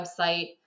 website